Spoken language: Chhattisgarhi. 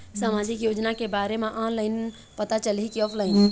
सामाजिक योजना के बारे मा ऑनलाइन पता चलही की ऑफलाइन?